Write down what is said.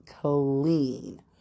clean